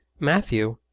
matthew,